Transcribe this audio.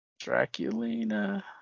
Draculina